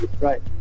right